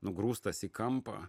nugrūstas į kampą